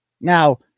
now